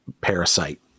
parasite